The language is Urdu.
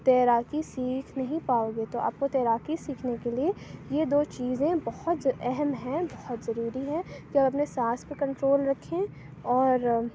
تیراکی سیکھ نہیں پاؤ گے تو آپ کو تیراکی سیکھنے کے لیے یہ دو چیزیں بہت اہم ہیں بہت ضروری ہیں کہ آپ اپنے سانس پر کنٹرول رکھیں اور